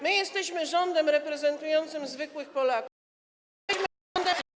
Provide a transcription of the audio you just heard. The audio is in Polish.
My jesteśmy rządem reprezentującym zwykłych Polaków.